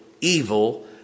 evil